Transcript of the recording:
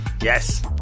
yes